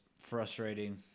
frustrating